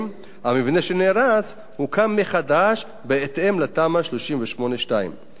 המבנה שנהרס הוקם מחדש בהתאם לתמ"א 38/2. הוועדה